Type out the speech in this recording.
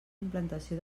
implantació